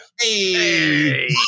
Hey